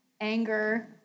anger